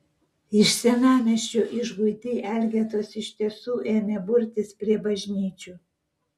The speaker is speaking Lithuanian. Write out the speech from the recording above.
iš senamiesčio išguiti elgetos iš tiesų ėmė burtis prie bažnyčių